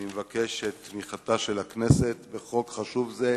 אני מבקש את תמיכתה של הכנסת בחוק חשוב זה,